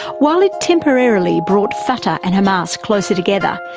while it temporarily brought fatah and hamas closer together,